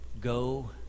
go